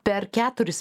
per keturis